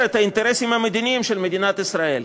את האינטרסים המדיניים של מדינת ישראל.